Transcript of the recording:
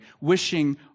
wishing